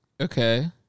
Okay